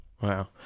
Wow